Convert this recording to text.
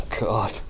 God